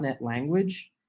language